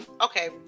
Okay